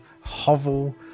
hovel